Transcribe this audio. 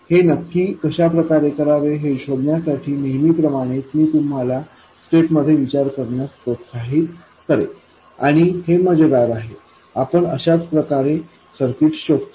हे नक्की कशा प्रकारे करावे हे शोधण्यासाठी नेहमीप्रमाणे मी तुम्हाला स्टेप मध्ये विचार करण्यास प्रोत्साहित करेन आणि हे मजेदार आहे आपण अशाच प्रकारे सर्किट्स शोधतो